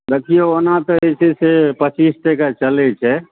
देखिऔ ओना तऽ ई तऽ जे छै से पचीस टके चलै छै